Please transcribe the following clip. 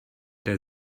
der